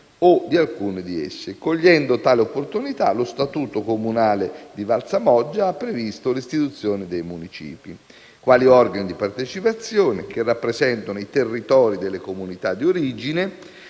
o di alcune di esse. Cogliendo tale opportunità, lo statuto comunale di Valsamoggia ha previsto l'istituzione dei municipi, quali organi di partecipazione che rappresentano ì territori delle comunità di origine,